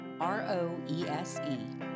R-O-E-S-E